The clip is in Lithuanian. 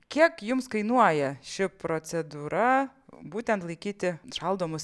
kiek jums kainuoja ši procedūra būtent laikyti šaldomus